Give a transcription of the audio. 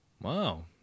Wow